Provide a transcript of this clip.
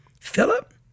Philip